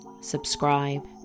Subscribe